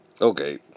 Okay